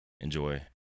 Enjoy